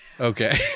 Okay